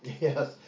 Yes